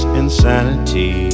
insanity